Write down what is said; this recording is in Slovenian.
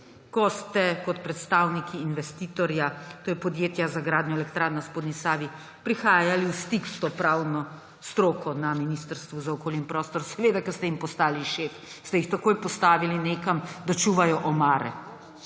ko ste kot predstavnik investitorja, to je podjetja za gradnjo elektrarn na spodnji Savi, prihajali v stik s to pravno stroko na Ministrstvu za okolje in prostor, seveda ker ste jim postali šef, ste jih takoj postavili nekam, da čuvajo omare,